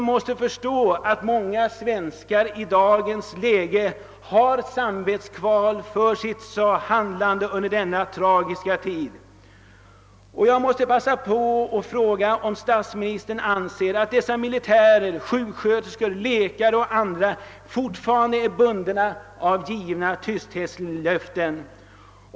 Ni måste förstå att många svenskar i dagens läge har samvetskval för sitt handlande under denna tragiska tid. Jag vill passa på att fråga, om statsministern anser att de militärer, sjuksköterskor, läkare och andra som den gången medverkade alltjämt är bundna av givna tysthetslöften.